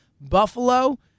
Buffalo